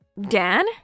Dan